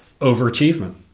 overachievement